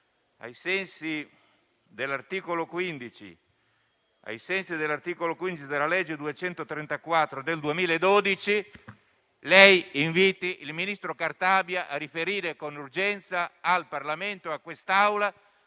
ai sensi dell'articolo 15 della legge 24 dicembre 2012, n. 234, lei inviti il ministro Cartabia a riferire con urgenza al Parlamento e a quest'Assemblea